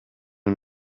who